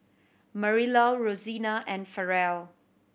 Marilou Rosina and Farrell